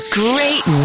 great